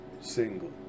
single